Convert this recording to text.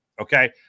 Okay